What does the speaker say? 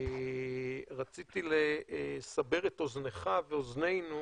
רציתי לסבר את אוזנך ואוזננו,